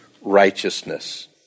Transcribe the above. righteousness